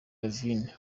lavigne